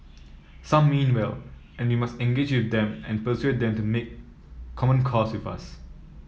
some mean well and we must engage with them and persuade them to make common cause with us